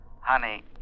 Honey